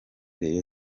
rayon